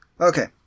Okay